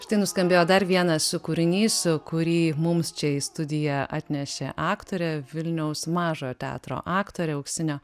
štai nuskambėjo dar vienas kūrinys kurį mums čia į studiją atnešė aktorė vilniaus mažojo teatro aktorė auksinio